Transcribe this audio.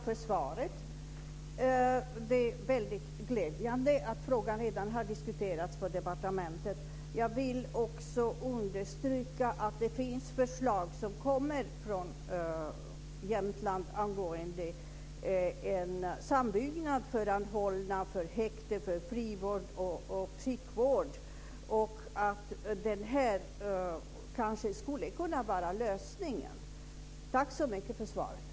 Herr talman! Tack för svaret. Det är glädjande att frågan redan har diskuterats på departementet. Jag vill också understryka att det finns förslag från Jämtland angående en gemensam byggnad för häkte, frivård och psykvård. Det skulle kanske kunna vara lösningen. Tack så mycket för svaret.